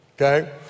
okay